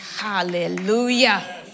Hallelujah